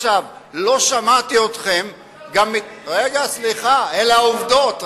אתה רוצה להגיד לי, סליחה, אלה העובדות.